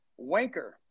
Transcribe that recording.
wanker